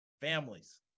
Families